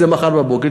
זה מחר בבוקר,